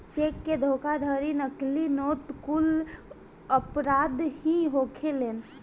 check के धोखाधड़ी, नकली नोट कुल अपराध ही होखेलेन